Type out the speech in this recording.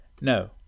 No